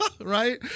Right